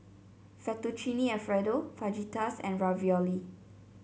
Fettuccine Alfredo Fajitas and Ravioli